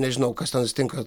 nežinau kas ten atsitinka